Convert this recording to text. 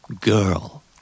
Girl